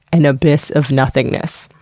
an abyss of nothingness.